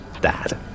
Dad